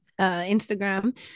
Instagram